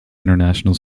international